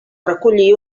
recollí